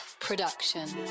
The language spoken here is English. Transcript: production